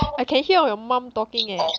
I can hear your mum talking eh